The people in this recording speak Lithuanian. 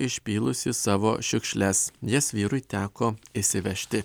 išpylusi savo šiukšles jas vyrui teko išsivežti